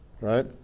Right